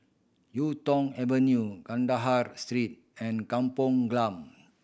Yuk Tong Avenue Kandahar Street and Kampong Glam